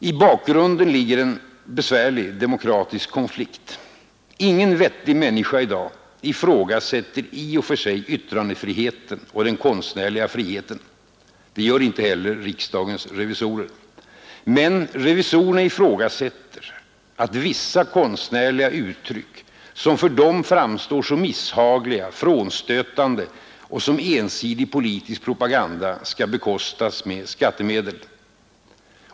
I bakgrunden ligger en besvärlig demokratisk konflikt. Ingen vettig människa i dag ifrågasätter i och för sig yttrandefriheten och den konstnärliga friheten. Det gör inte heller riksdagens revisorer. Men revisorerna ifrågasätter att vissa konstnärliga uttryck, som för dem framstår som misshagliga, frånstötande och som ensidig politisk propaganda, skall bekostas med skattemedel.